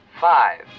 five